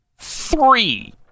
three